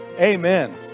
Amen